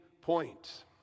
point